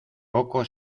poco